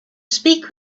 speak